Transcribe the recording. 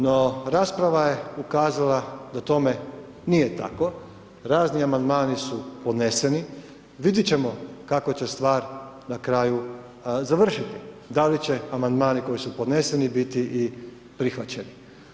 No rasprava je ukazala da tome nije tako, razni amandmani su podneseni vidit ćemo kako će stvar na kraju završiti, da li će amandmani koji su podneseni biti i prihvaćeni.